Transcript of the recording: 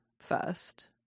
first